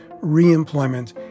re-employment